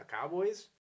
Cowboys